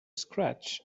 scratch